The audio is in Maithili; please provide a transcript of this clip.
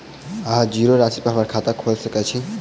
अहाँ जीरो राशि पर हम्मर खाता खोइल सकै छी?